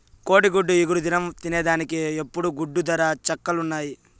కోడిగుడ్డు ఇగురు దినంల తినేదానికి ఇప్పుడు గుడ్డు దర చుక్కల్లున్నాది